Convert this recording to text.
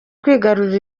kwigarurira